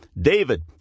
David